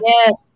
Yes